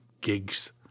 gigs